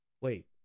wait